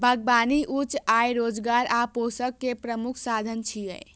बागबानी उच्च आय, रोजगार आ पोषण के प्रमुख साधन छियै